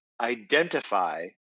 identify